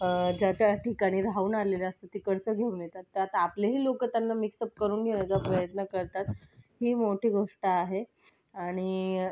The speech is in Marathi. ज्या त्या ठिकाणी राहून आलेले असतात तिकडचं घेऊन येतात तर आपलेही लोक त्यांना मिक्सअप करून घेण्याचा प्रयत्न करतात ही मोठी गोष्ट आहे आणि